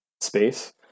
space